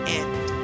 end